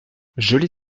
joli